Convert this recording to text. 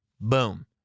Boom